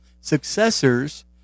successors